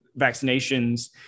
vaccinations